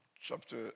chapter